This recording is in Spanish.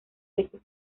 veces